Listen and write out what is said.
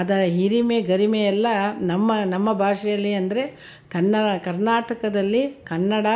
ಅದರ ಹಿರಿಮೆ ಗರಿಮೆ ಎಲ್ಲ ನಮ್ಮ ನಮ್ಮ ಭಾಷೆಲಿ ಅಂದರೆ ಕನ್ನಡ ಕರ್ನಾಟಕದಲ್ಲಿ ಕನ್ನಡ